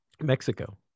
Mexico